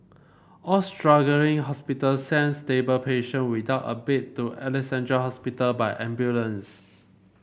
all struggling hospitals sent stable patient without a bed to Alexandra Hospital by ambulance